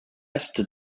est